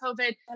COVID